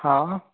हाँ